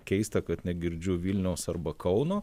keista kad negirdžiu vilniaus arba kauno